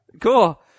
Cool